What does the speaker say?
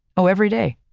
oh, every day,